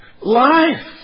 life